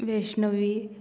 Vaishnavi